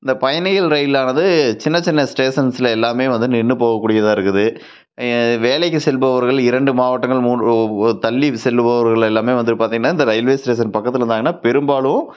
அந்த பயணிகள் ரயிலானது சின்ன சின்ன ஸ்டேஷன்ஸில் எல்லாம் வந்து நின்று போகக்கூடியதாக இருக்குது வேலைக்கு செல்பவர்கள் இரண்டு மாவட்டங்கள் மூன்று ஓ வோ தள்ளி செல்பவர்கள் எல்லாம் வந்துட்டு பார்த்திங்கன்னா இந்த ரயில்வே ஸ்டேஷன் பக்கத்தில் இருந்தாங்கன்னா பெரும்பாலும்